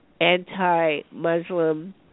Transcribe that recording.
anti-Muslim